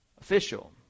official